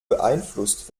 beeinflusst